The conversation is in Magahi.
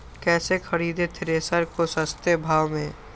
कैसे खरीदे थ्रेसर को सस्ते भाव में?